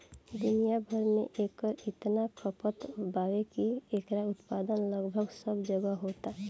दुनिया भर में एकर इतना खपत बावे की एकर उत्पादन लगभग सब जगहे होता